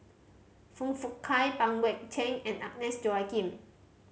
Foong Fook Kay Pang Guek Cheng and Agnes Joaquim